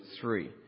three